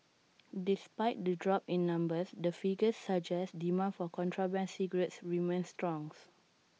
despite the drop in numbers the figures suggest demand for contraband cigarettes remains strong